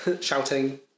Shouting